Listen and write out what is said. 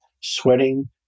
sweating